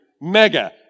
Mega